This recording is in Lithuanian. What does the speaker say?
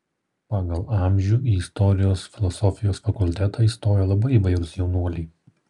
pagal amžių į istorijos filosofijos fakultetą įstojo labai įvairūs jaunuoliai